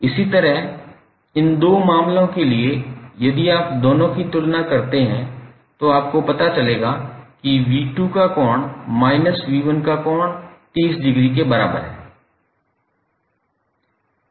इसी तरह इन दो मामलों के लिए यदि आप दोनों की तुलना करते हैं तो आपको पता चलेगा कि 𝑣2 का कोण माइनस 𝑣1 का कोण 30 डिग्री के बराबर है